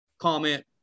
comment